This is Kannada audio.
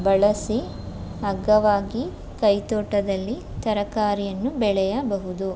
ಬಳಸಿ ಅಗ್ಗವಾಗಿ ಕೈತೋಟದಲ್ಲಿ ತರಕಾರಿಯನ್ನು ಬೆಳೆಯಬಹುದು